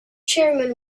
chairman